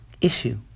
issue